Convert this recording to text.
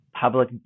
public